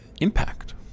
impact